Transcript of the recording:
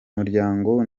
muryango